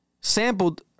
sampled